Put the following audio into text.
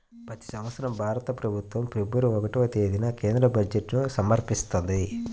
ప్రతి సంవత్సరం భారత ప్రభుత్వం ఫిబ్రవరి ఒకటవ తేదీన కేంద్ర బడ్జెట్ను సమర్పిస్తది